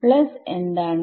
plus എന്താണ്